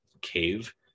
cave